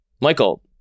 Michael